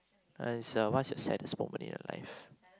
uh it's uh what's your saddest moment in your life